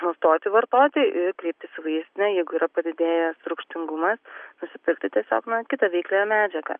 nustoti vartoti ir kreiptis į vaistinę jeigu yra padidėjęs rūgštingumas nusipirkti tiesiog na kitą veikliąją medžiagą